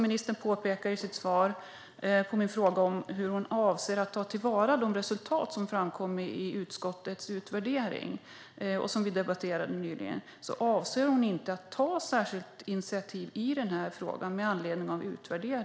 Ministern påpekade i sitt svar på min fråga om hur hon avser att ta till vara de resultat som framkom i utskottets utvärdering, som vi debatterade nyss, att hon inte avser att ta något särskilt initiativ i frågan.